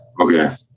okay